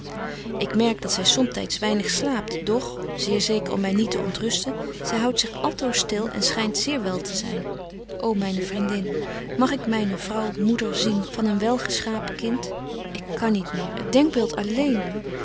ik merk dat zy somtyds weinig slaapt doch zeer zeker om my niet te ontrusten zy houdt zich altoos stil en schynt zeer wel te zyn ô myne vriendin mag ik myne vrouw moeder zien van een welgeschapen kind ik kan niet meer het denkbeeld alleen